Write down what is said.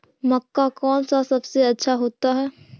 मक्का कौन सा सबसे अच्छा होता है?